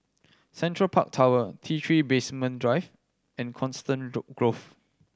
Central Park Tower T Three Basement Drive and Coniston Grove